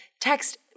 text